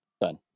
Done